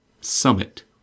Summit